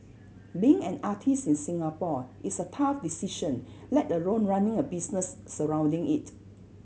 being an artist in Singapore is a tough decision let alone running a business surrounding it